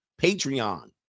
Patreon